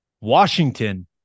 Washington